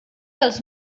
dels